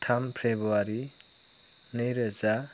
थाम फ्रेबुवारि नैरोजा